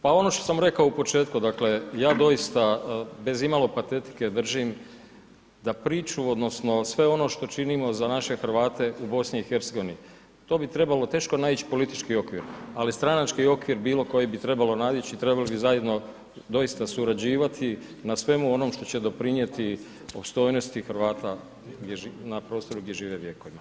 Pa ono što sam rekao u početku, ja doista bez imalo patetike držim da priču odnosno sve ono što činimo za naše Hrvate u BiH to bi trebalo teško nadići politički okvir ali stranački okvir bilo koji bi trebalo nadići i trebali bi zajedno doista surađivati na svemu onom što će doprinijeti opstojnosti Hrvata na prostoru gdje žive vjekovima.